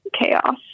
chaos